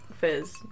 fizz